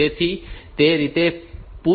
તેથી તે રીતે PUSH POP બંને કાર્ય કરે છે